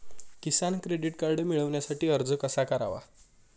किसान credit card मिळवण्यासाठी अर्ज कसा करावा?